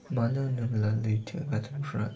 मानो होनोब्ला लैथो गाथोनफोरा